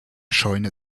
scheune